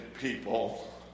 people